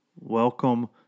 Welcome